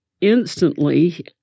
instantly